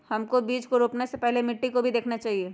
हमको बीज को रोपने से पहले मिट्टी को भी देखना चाहिए?